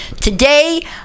Today